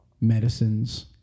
medicines